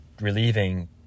relieving